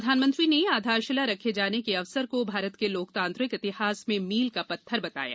प्रधानमंत्री ने आधारशिला रखे जाने के अवसर को भारत के लोकतांत्रिक इतिहास में मील का पत्थर बताया